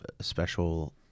special